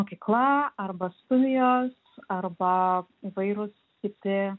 mokykla arba studijos arba įvairūs kiti